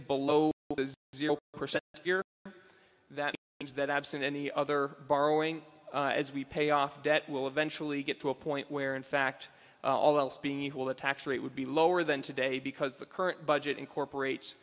below zero percent year that is that absent any other borrowing as we pay off debt will eventually get to a point where in fact all else being equal the tax rate would be lower than today because the current budget incorporates